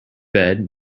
bed